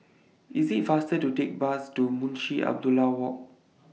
IS IT faster to Take Bus to Munshi Abdullah Walk